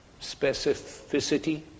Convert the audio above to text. specificity